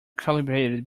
calibrated